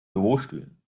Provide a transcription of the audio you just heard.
bürostühlen